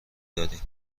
داریم